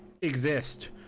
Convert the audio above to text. exist